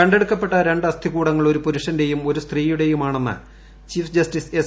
കണ്ടെടുക്കപ്പെട്ട രണ്ട് അസ്ഥികൂടുങ്ങൾ ഒരു പുരുഷന്റെയും ഒരു സ്ത്രീയുടെയുമാണെന്ന് ്ഷ്യീപ്പ് ജസ്റ്റിസ് എസ്